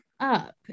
up